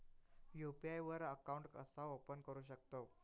UPI वर account कसा open करू शकतव?